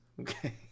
Okay